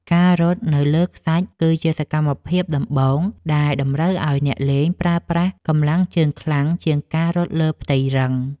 ការរត់នៅលើខ្សាច់គឺជាសកម្មភាពដំបូងដែលតម្រូវឱ្យអ្នកលេងប្រើប្រាស់កម្លាំងជើងខ្លាំងជាងការរត់លើផ្ទៃរឹង។